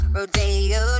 Rodeo